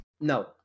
No